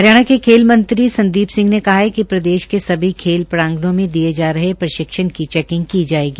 हरियाणा के खेल मंत्री संदीप सिंह ने कहा है कि प्रदेश के सभी खेल प्रांगणों में दिये जा रहे प्रशिक्षण की चैकिंग की जायेगी